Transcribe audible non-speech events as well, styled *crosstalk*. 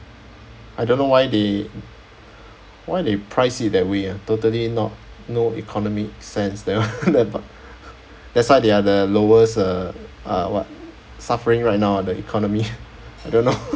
I don't know why they why they price it that way ah totally not no economic sense they all *laughs* but *breath* that's why they are the lowest uh uh what suffering right now ah the economy *laughs* I don't know *laughs*